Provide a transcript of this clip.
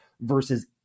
versus